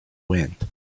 wind